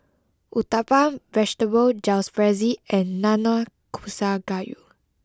Uthapam Vegetable Jalfrezi and Nanakusa Gayu